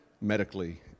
medically